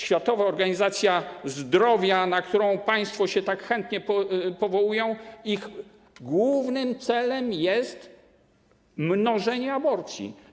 Światowa Organizacja Zdrowia, na którą państwo się tak chętnie powołują - jej głównym celem jest mnożenie aborcji.